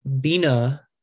bina